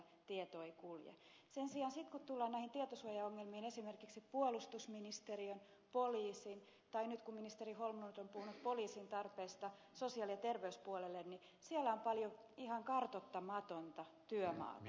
sen sijaan sitten kun tullaan näihin tietosuojaongelmiin esimerkiksi puolustusministeriössä tai poliisissa kun ministeri holmlund on nyt puhunut poliisin tarpeista sosiaali ja terveyspuolelle siellä on paljon ihan kartoittamatonta työmaata